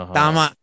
tama